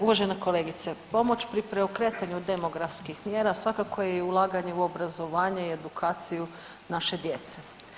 Uvažena kolegice, pomoć pri preokretanju demografskih mjera svakako je i ulaganje u obrazovanje i edukaciju naše djece.